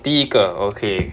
第一个 okay